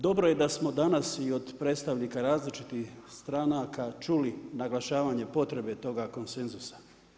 Dobro je da smo danas i od predstavnika različitih stranaka čuli naglašavanje potrebe toga konsenzusa.